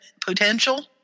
potential